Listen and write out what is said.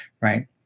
right